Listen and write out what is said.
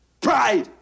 pride